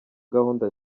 gahunda